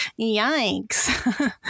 yikes